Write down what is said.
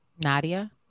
Nadia